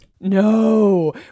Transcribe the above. No